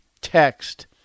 text